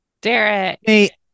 Derek